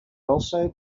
also